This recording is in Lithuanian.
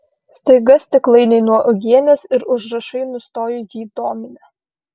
staiga stiklainiai nuo uogienės ir užrašai nustojo jį dominę